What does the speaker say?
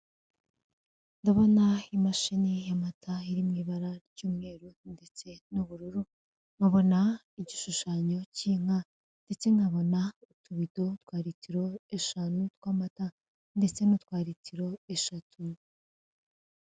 Ndabona imashini y'amata iri mu ibara ry'umweru ndetse n'ubururu nkabona igishushanyo cy'inka, ndetse nkabona utubido twa litiro eshanu tw'amata, ndetse n'utwa litiro eshatu.